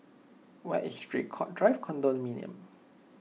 where is Draycott Drive Condominium